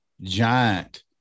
giant